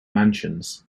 mansions